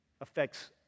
affects